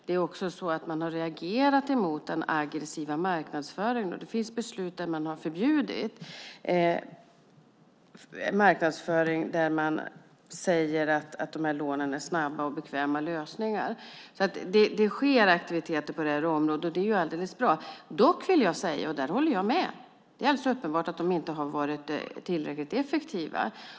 Man har också reagerat mot den aggressiva marknadsföringen, och det finns beslut där man har förbjudit marknadsföring där det sägs att de här lånen är snabba och bekväma lösningar. Det sker alltså aktiviteter på det här området, och det är bra. Dock vill jag säga - där håller jag med - att det är alldeles uppenbart att detta inte har varit tillräckligt effektivt.